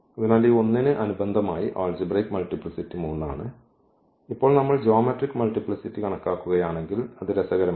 അതിനാൽ ഈ 1 ന് അനുബന്ധമായി ആൾജിബ്രയ്ക് മൾട്ടിപ്ലിസിറ്റി 3 ആണ് ഇപ്പോൾ നമ്മൾ ജ്യോമെട്രിക് മൾട്ടിപ്ലിസിറ്റി കണക്കാക്കുകയാണെങ്കിൽ അത് രസകരമാണ്